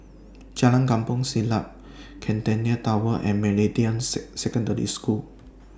Jalan Kampong Siglap Centennial Tower and Meridian Secondary School